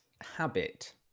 habit